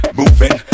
moving